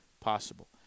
possible